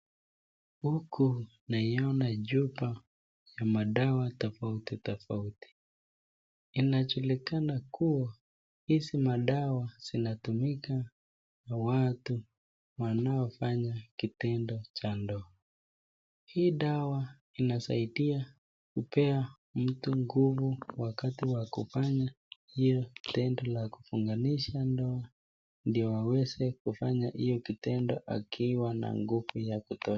Huku naiona chupa ya madawa tofauti tofauti. Inajulikana kuwa hizi madawa zinatumika na watu wanaofanya kitendo cha ndoa. Hii dawa inasaidia kupea nguvu wakati wa kufanya ile kitendo ya kuunganisha ndoa ndio aweze kufanya hiyo kitendo akiwa na nguvu ya kutosha.